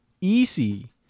Easy